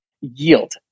Yield